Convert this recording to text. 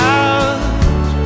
out